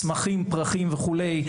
צמחים וכולי.